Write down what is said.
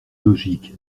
logique